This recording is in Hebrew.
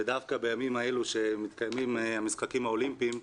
ודווקא בימים אלה שמתקיימים המשחקים האולימפיים,